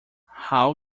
how